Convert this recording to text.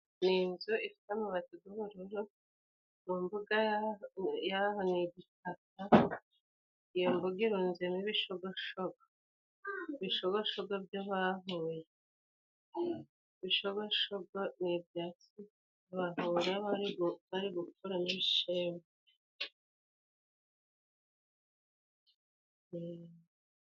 Ni inzu ifite amabati g'ubururu mu mbuga yaho ni igitaka . Iyo mbuga irunzemo ibishogoshogo . Ibishogoshogo byo bahuye. Ibishobashogo ni ibyatsi abahura bari gukuramo ibishimbo.